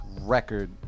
record